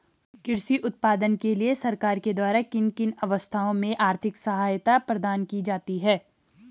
कृषि उत्पादन के लिए सरकार के द्वारा किन किन अवस्थाओं में आर्थिक सहायता प्रदान की जाती है?